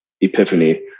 epiphany